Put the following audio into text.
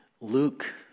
Luke